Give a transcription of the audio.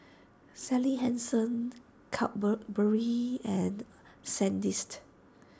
Sally Hansen Cadbury and Sandist